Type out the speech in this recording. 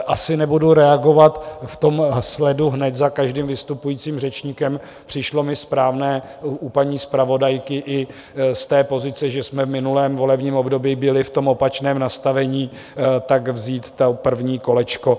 Asi nebudu reagovat v tom sledu hned za každým vystupujícím řečníkem, přišlo mi správné u paní zpravodajky i z té pozice, že jsme v minulém volebním období byli v opačném nastavení, tak vzít to první kolečko.